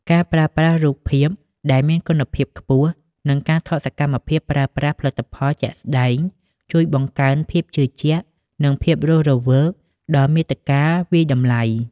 ការប្រើប្រាស់រូបភាពដែលមានគុណភាពខ្ពស់ និងការថតសកម្មភាពប្រើប្រាស់ផលិតផលជាក់ស្តែង ជួយបង្កើនភាពជឿជាក់ និងភាពរស់រវើកដល់មាតិកាវាយតម្លៃ។